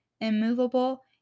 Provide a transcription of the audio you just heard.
immovable